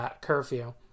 curfew